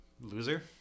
loser